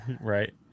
right